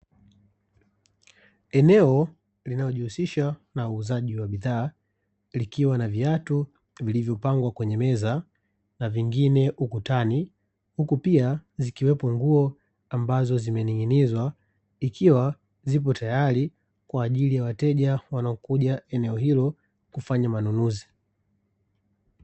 Eneo linalojihusisha na uuzaji wa bidhaa, likiwa na viatu vilivyopangwa kwenye meza na vingine ukutani huku pia zikiwepo nguo, ambazo zimening’inizwa ikiwa zipo tayari kwaajili ya wateja wanaokuja eneo hilo kwa manunuzi.